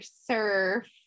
surf